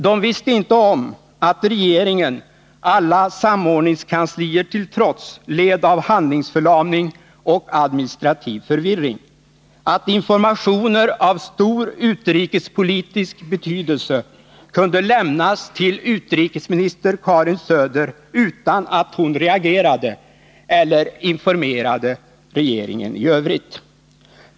De visste inte om att regeringen — alla samordningskanslier till trots — led av handlingsförlamning och administrativ förvirring, att informationer av stor utrikespolitisk betydelse kunde lämnas till utrikesminister Karin Söder utan att hon reagerade eller informerade regeringen i övrigt.